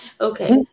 okay